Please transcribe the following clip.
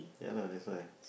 ya lah that's why